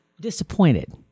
disappointed